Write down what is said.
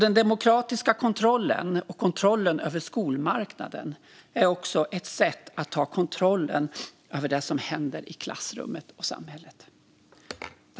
Den demokratiska kontrollen och kontrollen över skolmarknaden är också ett sätt att ta kontroll över det som händer i klassrummet och samhället.